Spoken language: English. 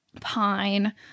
Pine